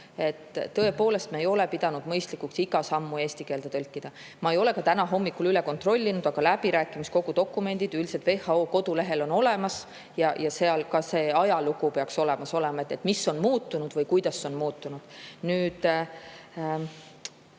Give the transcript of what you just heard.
Tõepoolest, me ei ole pidanud mõistlikuks iga sammu eesti keelde tõlkida. Ma ei ole täna hommikul üle kontrollinud, aga läbirääkimiste dokumendid üldiselt WHO kodulehel on olemas ja seal peaks olema ka see ajalugu, mis on muutunud või kuidas on muutunud. Nüüd